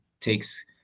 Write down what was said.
takes